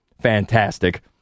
fantastic